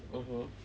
(uh huh)